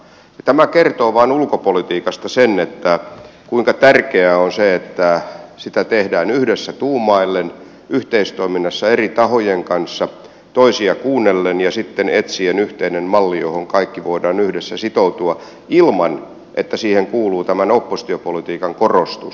tämä vain kertoo ulkopolitiikasta sen kuinka tärkeää on se että sitä tehdään yhdessä tuumaillen yhteistoiminnassa eri tahojen kanssa toisia kuunnellen ja sitten etsien yhteinen malli johon kaikki voimme yhdessä sitoutua ilman että siihen kuuluu tämän oppositiopolitiikan korostus